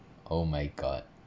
oh my god